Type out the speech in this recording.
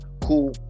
cool